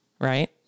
Right